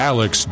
Alex